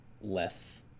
less